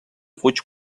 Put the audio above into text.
fuig